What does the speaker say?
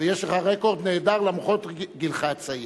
ויש לך רקורד נהדר למרות גילך הצעיר.